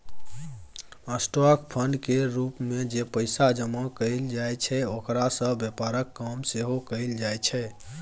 stock fund केर रूप मे जे पैसा जमा कएल जाइ छै ओकरा सँ व्यापारक काम सेहो कएल जाइ छै